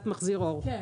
כן.